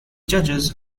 judges